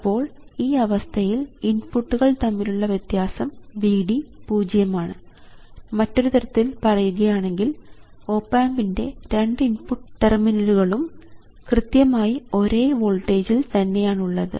അപ്പോൾ ഈ അവസ്ഥയിൽ ഇൻപുട്ടുകൾ തമ്മിലുള്ള വ്യത്യാസം Vd പൂജ്യമാണ് മറ്റൊരു തരത്തിൽ പറയുകയാണെങ്കിൽ ഓപ് ആമ്പിൻറെ രണ്ട് ഇൻപുട്ട് ടെർമിനലുകൾ ഉം കൃത്യമായി ഒരേ വോൾട്ടേജിൽ തന്നെയാണുള്ളത്